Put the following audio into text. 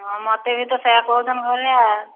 ହଁ ମୋତେ ବି ତ ସେଇୟା କହୁଛନ ଘରେ ଆଉ